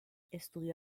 estudió